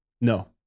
No